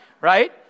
right